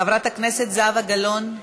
חברת הכנסת זהבה גלאון,